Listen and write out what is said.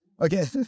Okay